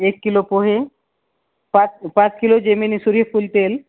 एक किलो पोहे पाच पाच किलो जेमिनी सूर्यफुल तेल